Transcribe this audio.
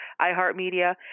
iHeartMedia